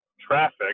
traffic